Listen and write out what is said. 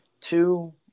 Two